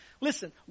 Listen